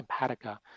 Empatica